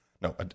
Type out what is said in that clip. No